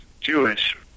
Jewish